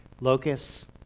Locusts